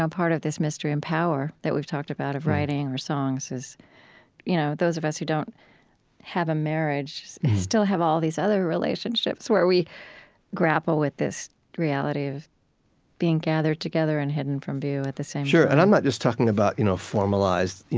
um part of this mystery and power that we've talked about of writing or songs is you know those of us who don't have a marriage still have all these other relationships where we grapple with this reality of being gathered together and hidden from view at the same time sure. and i'm not just talking about you know formalized,